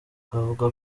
avuga